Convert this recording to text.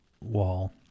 Wall